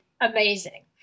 amazing